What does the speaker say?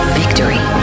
victory